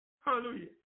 Hallelujah